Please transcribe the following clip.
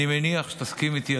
אני מניח שתסכים איתי,